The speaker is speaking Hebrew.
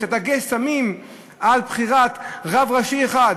ואת הדגש שמים על בחירת רב ראשי אחד.